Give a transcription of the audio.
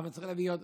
למה צריך להביא עוד?